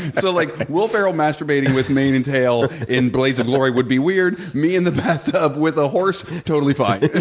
so like will farrell masturbating with mane and tail in blades of glory would be weird. me in the bathtub with a horse, totally fine.